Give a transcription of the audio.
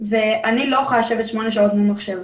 ואני לא יכולה לשבת שמונה שעות מול מחשב.